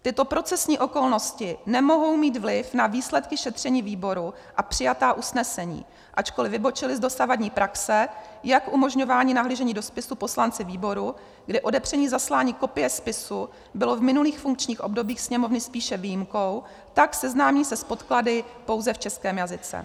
Tyto procesní okolnosti nemohou mít vliv na výsledky šetření výboru a přijatá usnesení, ačkoliv vybočily z dosavadní praxe jak v umožňování nahlížení do spisu poslanci výboru, kdy odepření zaslání kopie spisu bylo v minulých funkčních obdobích Sněmovny spíš výjimkou, tak seznámení se s podklady pouze v českém jazyce.